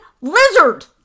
Lizard